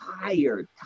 tired